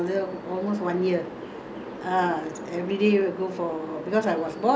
before I got married I go there I go and stay with my father and mother almost one year